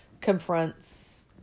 confronts